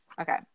Okay